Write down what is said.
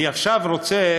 אני עכשיו רוצה